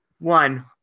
one